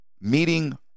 meeting